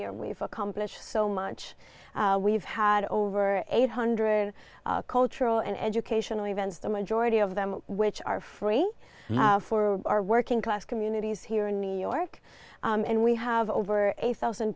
year we've accomplished so much we've had over eight hundred dollars cultural and educational events the majority of them which are free for our working class communities here in new york and we have over a one thousand